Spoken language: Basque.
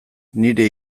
nire